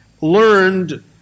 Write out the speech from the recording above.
learned